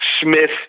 Smith